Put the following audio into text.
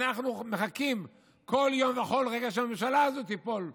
אנחנו מחכים כל יום וכל רגע שהממשלה הזאת תיפול.